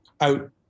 out